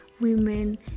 women